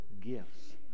gifts